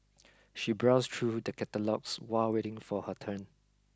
she browsed through the catalogues while waiting for her turn